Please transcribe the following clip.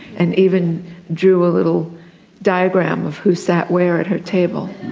and even drew a little diagram of who sat where at her table.